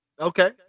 Okay